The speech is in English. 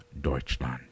Deutschland